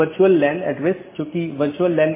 ये IBGP हैं और बहार वाले EBGP हैं